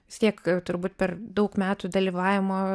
vis tiek turbūt per daug metų dalyvavimo